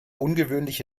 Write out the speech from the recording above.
ungewöhnliche